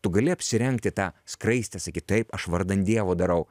tu gali apsirengti tą skraistę sakyt taip aš vardan dievo darau